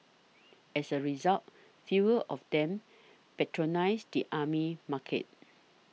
as a result fewer of them patronise the army market